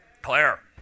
Claire